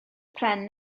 pren